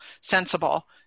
sensible